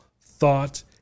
thought